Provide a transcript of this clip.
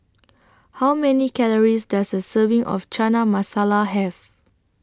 How Many Calories Does A Serving of Chana Masala Have